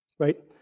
right